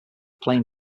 playing